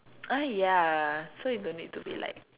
ah ya so you don't need to be like